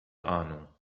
ahnung